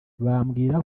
bambwira